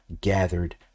gathered